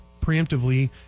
preemptively